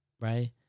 right